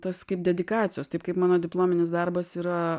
tas kaip dedikacijos taip kaip mano diplominis darbas yra